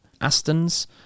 Aston's